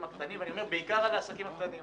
הקטנים ואני מדבר בעיקר על העסקים הקטנים.